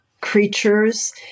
creatures